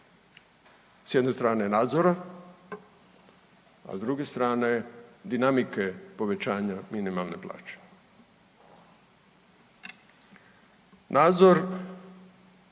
s jedne strane, nadzora, a s druge strane dinamike povećanja minimalne plaće. Nadzor